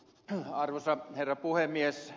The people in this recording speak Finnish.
arvoisa herra puhemies